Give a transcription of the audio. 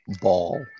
ball